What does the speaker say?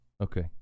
Okay